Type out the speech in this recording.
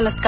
नमस्कार